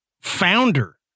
founder